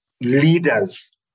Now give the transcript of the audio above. leaders